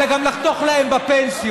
אלא גם לחתוך להם בפנסיות.